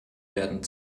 werden